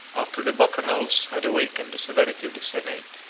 after the bacchanals had awakened the severity of the senate,